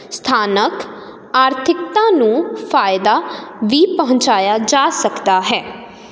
ਸਥਾਨਕ ਆਰਥਿਕਤਾ ਨੂੰ ਫਾਇਦਾ ਵੀ ਪਹੁੰਚਾਇਆ ਜਾ ਸਕਦਾ ਹੈ